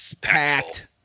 packed